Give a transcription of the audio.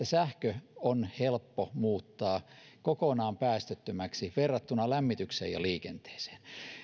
sähkö on helppo muuttaa kokonaan päästöttömäksi verrattuna lämmitykseen ja liikenteeseen